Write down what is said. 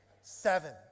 Seven